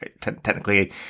technically